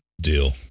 deal